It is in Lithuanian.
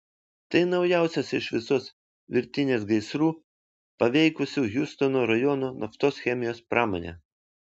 tai naujausias iš visos virtinės gaisrų paveikusių hjustono rajono naftos chemijos pramonę